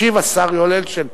ישיב השר יואל אדלשטיין,